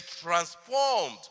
transformed